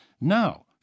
Now